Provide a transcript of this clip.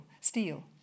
steel